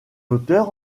auteurs